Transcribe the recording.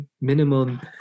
minimum